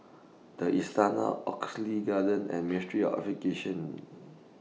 The Istana Oxley Garden and Ministry of Education